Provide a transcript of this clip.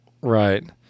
Right